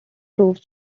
proves